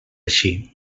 així